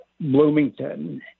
Bloomington